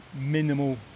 minimal